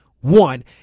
one